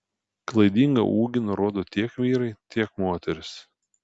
klaidingą ūgį nurodo tiek vyrai tiek moterys